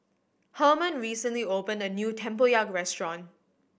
Herman recently opened a new tempoyak restaurant